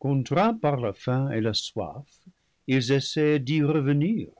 contraints par la faim et la soif ils essayent d'y revenir